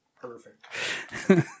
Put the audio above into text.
Perfect